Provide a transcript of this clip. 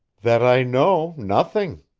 that i know nothing.